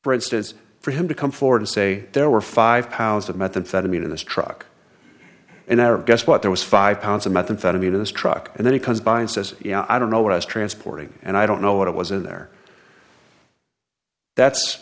bread stands for him to come forward and say there were five pounds of methamphetamine in this truck and i guess what there was five pounds of methamphetamine in this truck and then he comes by and says you know i don't know what i was transporting and i don't know what it was in there that's